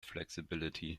flexibility